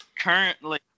Currently